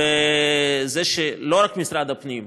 וזה לא רק משרד הפנים,